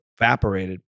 evaporated